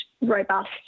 robust